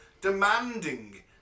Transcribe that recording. demanding